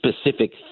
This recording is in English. specific